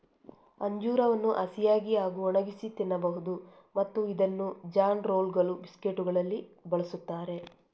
ಅಂಜೂರವನ್ನು ಹಸಿಯಾಗಿ ಹಾಗೂ ಒಣಗಿಸಿ ತಿನ್ನಬಹುದು ಮತ್ತು ಇದನ್ನು ಜಾನ್ ರೋಲ್ಗಳು, ಬಿಸ್ಕೆಟುಗಳಲ್ಲಿ ಬಳಸುತ್ತಾರೆ